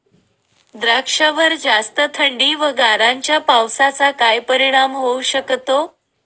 द्राक्षावर जास्त थंडी व गारांच्या पावसाचा काय परिणाम होऊ शकतो?